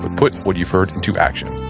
put what you've heard into action